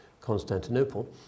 Constantinople